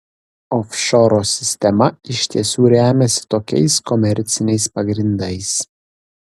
ofšoro sistema iš tiesų remiasi tokiais komerciniais pagrindais